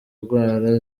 ndwara